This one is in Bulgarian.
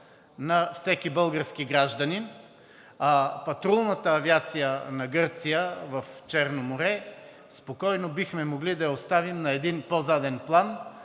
на всеки български гражданин. А патрулната авиация на Гърция в Черно море спокойно бихме могли да я оставим на един по-заден план